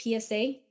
PSA